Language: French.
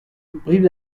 brive